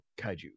kaiju